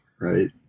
right